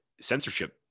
censorship